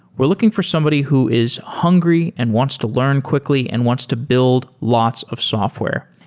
we're looking for somebody who is hungry and wants to learn quickly and wants to build lots of software.